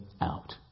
out